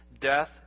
Death